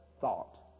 thought